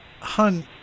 Hun